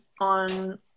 on